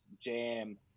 jam